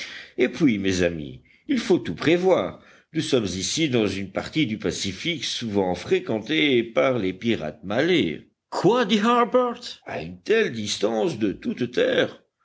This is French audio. et puis mes amis il faut tout prévoir nous sommes ici dans une partie du pacifique souvent fréquentée par les pirates malais quoi dit harbert à une telle distance de toute terre